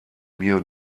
mir